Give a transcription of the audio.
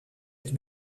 het